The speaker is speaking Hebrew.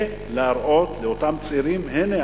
זה להראות לאותם צעירים: הנה,